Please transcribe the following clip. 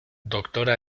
doctora